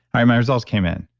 ah my results came in.